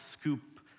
scoop